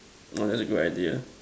orh that's a good idea